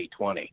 2020